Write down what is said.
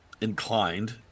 inclined